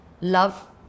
love